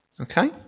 Okay